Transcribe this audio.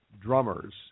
drummers